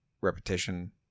repetition